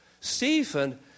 Stephen